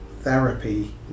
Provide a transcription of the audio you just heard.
therapy